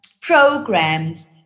programs